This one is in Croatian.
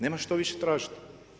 Nemaš što više tražiti.